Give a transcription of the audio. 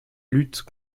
lutte